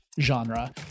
genre